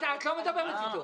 את לא מדברת איתו.